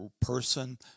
person